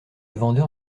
vendeur